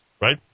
right